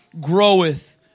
groweth